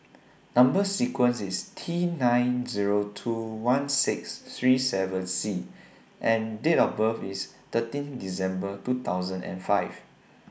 Number sequence IS T nine Zero two one six three seven C and Date of birth IS thirteen December two thousand and five